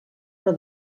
però